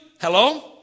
Hello